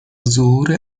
ظهور